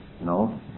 no